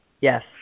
Yes